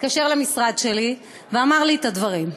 התקשר למשרד שלי ואמר לי את הדברים.